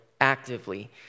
actively